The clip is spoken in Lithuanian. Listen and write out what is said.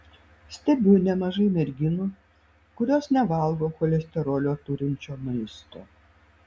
stebiu nemažai merginų kurios nevalgo cholesterolio turinčio maisto